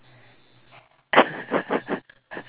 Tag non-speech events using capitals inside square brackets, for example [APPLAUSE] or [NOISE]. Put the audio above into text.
[LAUGHS]